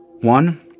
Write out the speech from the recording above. One